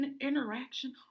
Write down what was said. interaction